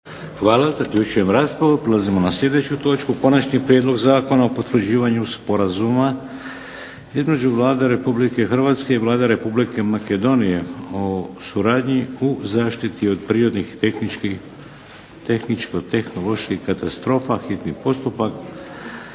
Vladimir (HDZ)** Prelazimo na sljedeću točku - Konačni prijedlog zakona o potvrđivanju Sporazuma između Vlade Republike Hrvatske i Vlade Republike Makedonije o suradnji u zaštiti od prirodnih i tehničko-tehnoloških katastrofa, hitni postupak,